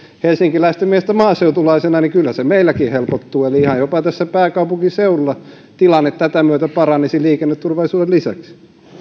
helsinkiläisten mielestä maaseutulaisena että kyllä se meilläkin helpottuu eli ihan jopa tässä pääkaupunkiseudulla tilanne tätä myöten paranisi liikenneturvallisuuden lisäksi